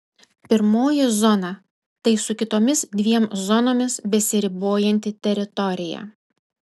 pirmoji zona tai su kitomis dviem zonomis besiribojanti teritorija